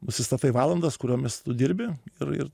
nusistatai valandas kuriomis tu dirbi ir ir